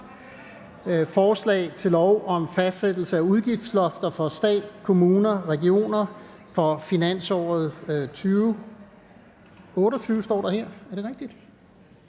Forslag til lov om fastsættelse af udgiftslofter for stat, kommuner og regioner for finansåret 2028.